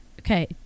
Okay